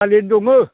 थालिर दङो